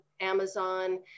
Amazon